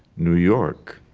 new york.